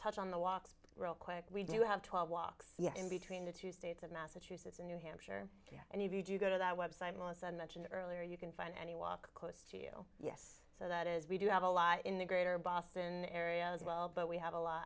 touch on the walks real quick we do have twelve walks in between the two states of massachusetts in new hampshire and if you go to that web site melissa mentioned earlier you can find any walk close to you yes so that is we do have a lot in the greater boston area as well but we have a lot